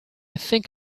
think